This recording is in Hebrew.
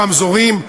ברמזורים,